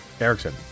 Erickson